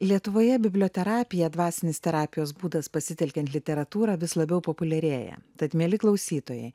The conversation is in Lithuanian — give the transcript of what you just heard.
lietuvoje biblioterapija dvasinis terapijos būdas pasitelkiant literatūrą vis labiau populiarėja tad mieli klausytojai